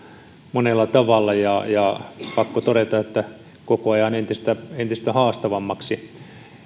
monella tavalla ja ja on pakko todeta että koko ajan entistä entistä haastavammaksi